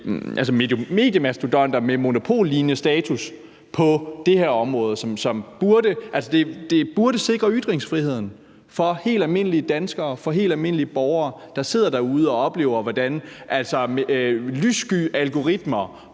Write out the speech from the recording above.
mediemastodonter med monopollignende status på det her område. Det burde sikre ytringsfriheden for helt almindelige danskere og for helt almindelige borgere, der sidder derude og oplever, hvordan lyssky algoritmer